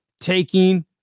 taking